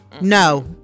No